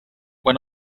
when